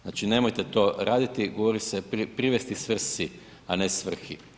Znači nemojte to raditi, govori se privesti svrsi, a ne svrhi.